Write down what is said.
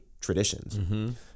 traditions